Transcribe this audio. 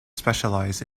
specialize